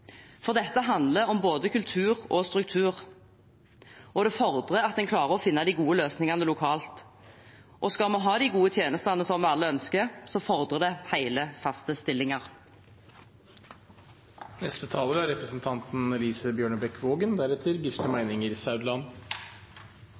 For dette handler om både kultur og struktur, og det fordrer at man klarer å finne de gode løsningene lokalt. Skal vi ha de gode tjenestene som vi alle ønsker, fordrer det hele, faste